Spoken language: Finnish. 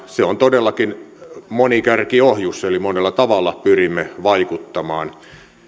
se on todellakin monikärkiohjus eli monella tavalla pyrimme vaikuttamaan